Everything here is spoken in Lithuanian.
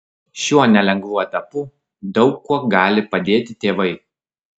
šiuo nelengvu etapu daug kuo gali padėti tėvai